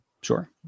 Sure